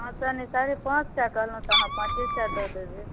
पाँच सए नहि साढ़े पाँच सए कहलहुँ तऽ अहाँ पाँचे सए दऽ देबै